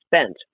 spent